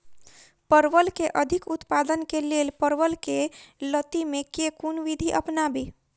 परवल केँ अधिक उत्पादन केँ लेल परवल केँ लती मे केँ कुन विधि अपनाबी?